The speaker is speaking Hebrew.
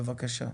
בבקשה.